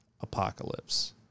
Apocalypse